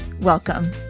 Welcome